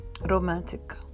romantic